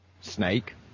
Snake